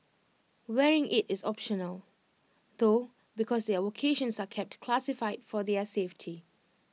wearing IT is optional though because their vocations are kept classified for their safety